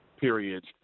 periods